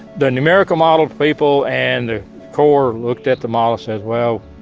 the numerical model people and the corps looked at the model said, well,